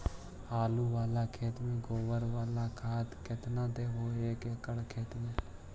आलु बाला खेत मे गोबर बाला खाद केतना देबै एक एकड़ खेत में?